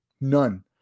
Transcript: None